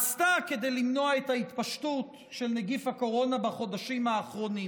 עשתה כדי למנוע את ההתפשטות של נגיף הקורונה בחודשים האחרונים?